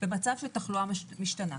במצב של תחלואה משתנה.